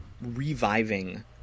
reviving